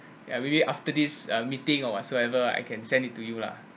ya maybe after this uh meeting or whatsoever ah I can send it to you lah